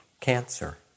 cancer